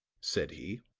said he.